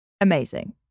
amazing